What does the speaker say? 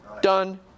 Done